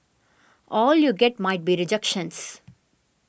all you get might be rejections